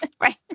Right